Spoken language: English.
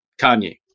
Kanye